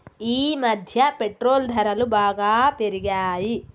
ఈమధ్య పెట్రోల్ ధరలు బాగా పెరిగాయి